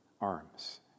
arms